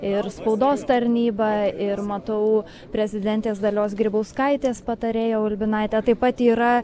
ir spaudos tarnyba ir matau prezidentės dalios grybauskaitės patarėja ulbinaitė taip pat yra